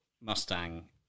Mustang